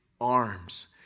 arms